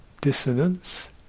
dissonance